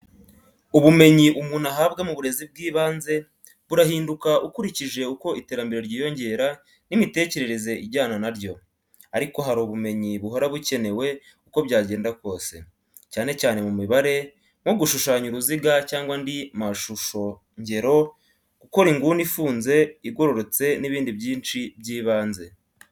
Ubumenyi umuntu ahabwa mu burezi bw'ibanze burahinduka ukurikije uko iterambere ryiyongera n'imitekerereze ijyana na ryo; ariko hari ubumenyi buhora bukenewe uko byagenda kose, cyane cyane mu mibare, nko gushushanya uruziga cyangwa andi mashushongero, gukora inguni ifunze, igororotse n'ibindi byinshi by'ibanze.